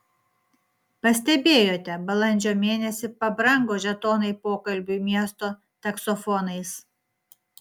pastebėjote balandžio mėnesį pabrango žetonai pokalbiui miesto taksofonais